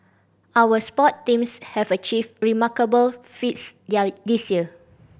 our sport teams have achieved remarkable feats there this year